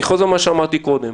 אני חוזר על מה שאמרתי קודם,